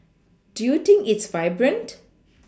do you think it's vibrant